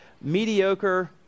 mediocre